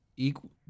equal